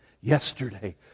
yesterday